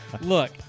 look